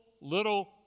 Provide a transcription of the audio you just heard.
little